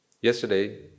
Yesterday